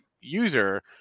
user